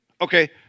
Okay